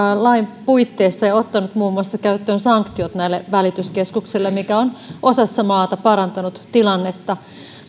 lain puitteissa ja ottanut muun muassa käyttöön sanktiot näille välityskeskuksille mikä on osassa maata parantanut tilannetta